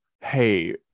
Hey